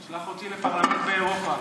שולח אותי לפרלמנט באירופה.